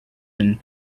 and